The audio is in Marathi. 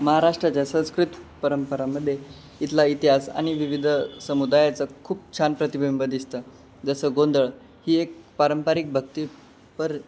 महाराष्ट्राच्या संस्कृत परंपरामध्ये इथला इतिहास आणि विविध समुदायाचा खूप छान प्रतिबिंब दिसतं जसं गोंधळ ही एक पारंपरिक भक्तीपर